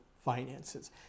finances